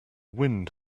wind